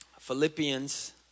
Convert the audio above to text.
Philippians